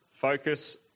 focus